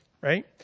Right